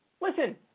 Listen